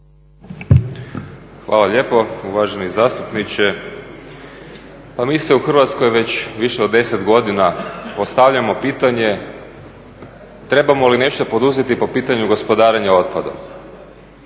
Hvala lijepo uvaženi zastupniče. Pa mi se u Hrvatskoj već više od 10 godina postavljamo pitanje trebamo li nešto poduzeti po pitanju gospodarenja otpadom